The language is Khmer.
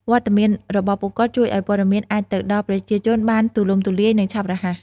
វត្តមានរបស់ពួកគាត់ជួយឲ្យព័ត៌មានអាចទៅដល់ប្រជាជនបានទូលំទូលាយ និងឆាប់រហ័ស។